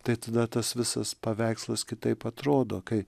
tai tada tas visas paveikslas kitaip atrodo kai